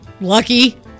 Lucky